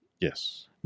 Yes